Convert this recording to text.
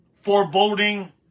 foreboding